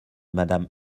madame